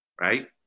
right